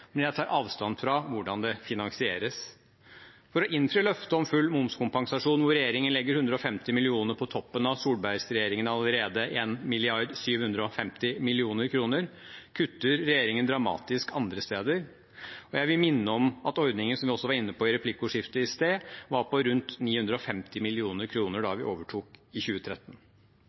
men jeg tar avstand fra hvordan det finansieres. For å innfri løftet om full momskompensasjon, hvor regjeringen legger 150 mill. kr på toppen av Solberg-regjeringens allerede 1,75 mrd. kr, kutter regjeringen dramatisk andre steder. Jeg vil minne om at ordningen, som vi også var inne på i replikkordskiftet i sted, var på rundt 950 mill. kr da vi overtok i 2013.